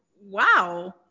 wow